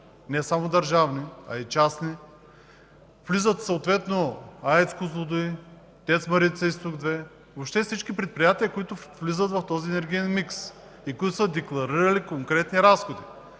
не само държавни, а и частни. Влизат съответно АЕЦ „Козлодуй”, ТЕЦ „Марица изток 2”, въобще всички предприятия, които са в този енергиен микс и които са декларирали конкретни разходи.